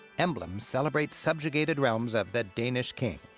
emblems celebrate subjugated realms of the danish king.